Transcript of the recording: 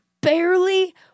barely